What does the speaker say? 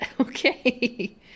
okay